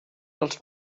els